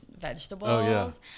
vegetables